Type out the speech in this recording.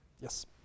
Yes